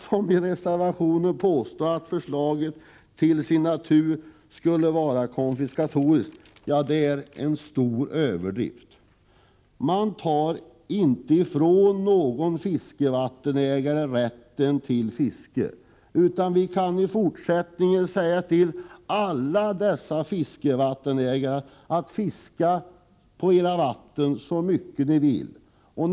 Att påstå att förslaget till sin natur skulle vara konfiskatoriskt är en stor överdrift. Man tar inte ifrån någon fiskevattenägare rätten till fiske, utan vi kani fortsättningen säga till alla fiskevattenägare: Fiska ni så mycket ni vill på era vatten!